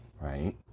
right